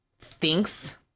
thinks